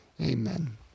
Amen